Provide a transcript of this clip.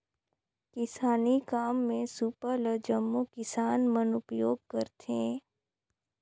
किसानी काम मे सूपा ल जम्मो किसान मन उपियोग करथे